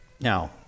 Now